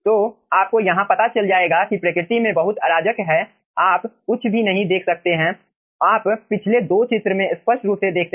तो आपको यहाँ पता चल जाएगा कि प्रकृति में बहुत अराजक है आप कुछ भी नहीं देख सकते हैं आप पिछले 2 चित्र में स्पष्ट रूप से देख सकते हैं